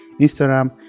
Instagram